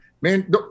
man